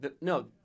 No